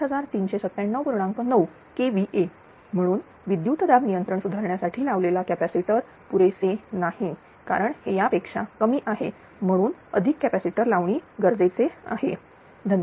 9 kVA म्हणून विद्युतदाब नियंत्रण सुधारण्यासाठी लावलेला कॅपॅसिटर पुरेसे नाही कारण हे या पेक्षा कमी आहे म्हणून अधिक कॅपॅसिटर लावणी गरजेचे आहे धन्यवाद